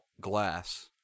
glass